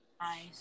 Nice